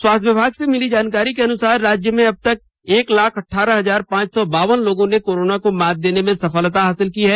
स्वास्थ्य विभाग से मिली जानकारी के अनुसार राज्य में अब तक एक लाख अठ्ठारह हजार पांच सौ बावन लोगों ने कोरोना को मात देने में सफलता हासिल की है